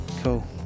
Cool